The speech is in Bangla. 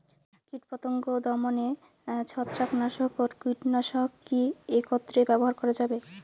কীটপতঙ্গ দমনে ছত্রাকনাশক ও কীটনাশক কী একত্রে ব্যবহার করা যাবে?